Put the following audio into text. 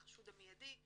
"החשוד המיידי"